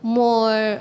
more